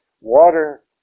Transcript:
Water